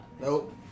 Nope